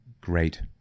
great